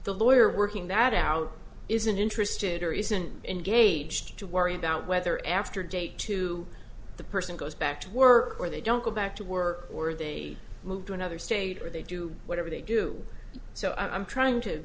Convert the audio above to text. the lawyer working that out isn't interested or isn't engaged to worry about whether after date to the person goes back to work or they don't go back to work or they move to another state or they do whatever they do so i'm trying to